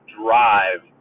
drive